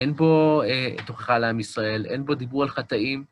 אין בו תוכחה לעם ישראל, אין בו דיבור על חטאים.